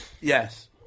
Yes